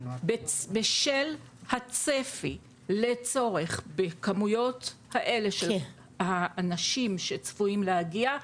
בשל הצפי לצורך בכמויות האלה של האנשים שצפויים להגיע,